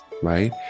right